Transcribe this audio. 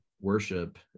worship